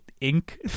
ink